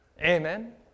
Amen